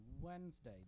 Wednesday